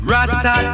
Rasta